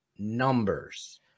numbers